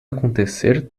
acontecer